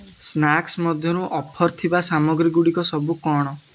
snacks ମଧ୍ୟରୁ offer ଥିବା ସାମଗ୍ରୀଗୁଡ଼ିକ ସବୁ କ'ଣ